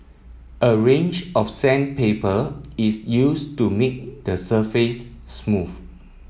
a range of sandpaper is used to make the surface smooth